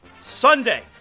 Sunday